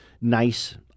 nice